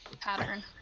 pattern